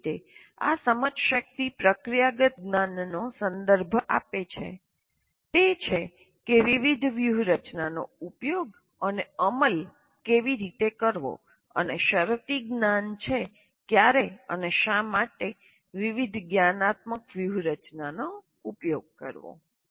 એ જ રીતે આ સમજશક્તિ પ્રક્રિયાગત જ્ઞાનનો સંદર્ભ આપે છે તે છે કે વિવિધ વ્યૂહરચનાનો ઉપયોગ અને અમલ કેવી રીતે કરવો અને શરતી જ્ઞાન છે ક્યારે અને શા માટે વિવિધ જ્ઞાનાત્મક વ્યૂહરચનાનો ઉપયોગ કરવો